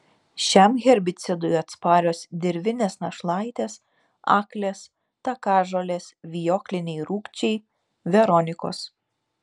šiam herbicidui atsparios dirvinės našlaitės aklės takažolės vijokliniai rūgčiai veronikos